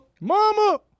mama